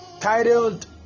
titled